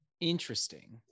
Interesting